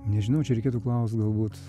nežinau čia reikėtų klaust galbūt